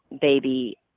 baby